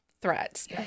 threats